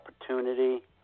opportunity